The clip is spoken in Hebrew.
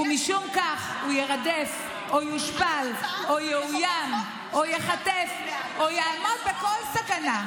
ומשום כך הוא יירדף או יושפל או יאוים או ייחטף או יעמוד בכל סכנה,